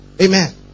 amen